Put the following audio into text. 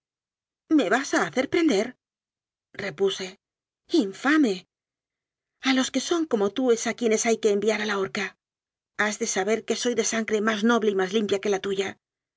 me vas a hacer prender repuse infame a los que son como tú es a quienes hay que enviar a la horca has de saber que soy de sangre más noble y más limipia que la tuya